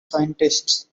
scientists